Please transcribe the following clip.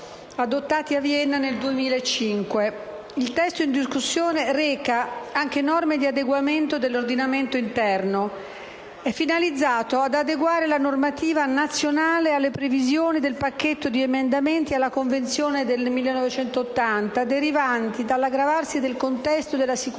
adottati a Vienna nel 2005. Il testo in discussione reca anche norme di adeguamento dell'ordinamento interno. È finalizzato ad adeguare la normativa nazionale alle previsioni del pacchetto di emendamenti alla Convenzione del 1980, derivanti dall'aggravarsi del contesto della sicurezza